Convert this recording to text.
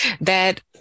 that-